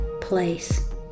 place